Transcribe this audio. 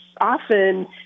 often